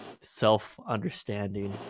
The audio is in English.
self-understanding